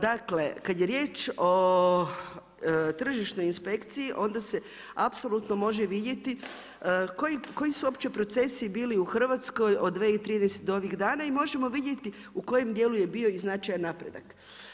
Dakle, kada je riječ o Tržišnoj inspekciji onda se apsolutno može vidjeti koji su uopće procesi bili u Hrvatskoj od 2013. do ovih dana i možemo vidjeti u kojem dijelu je bio i značajan napredak.